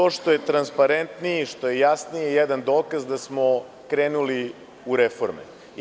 To što je transparentniji, što je jasniji je jedan dokaz da smo krenuli u reforme.